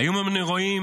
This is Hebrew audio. הימים הנוראים